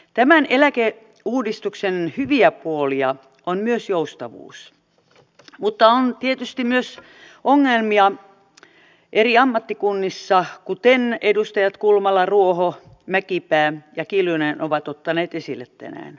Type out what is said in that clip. tämän eläkeuudistuksen hyviä puolia on myös joustavuus mutta on tietysti myös ongelmia eri ammattikunnissa kuten edustajat kulmala ruoho mäkipää ja kiljunen ovat ottaneet esille tänään